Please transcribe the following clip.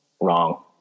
wrong